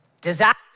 disaster